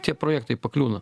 tie projektai pakliūna